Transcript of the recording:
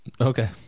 Okay